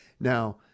Now